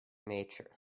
nature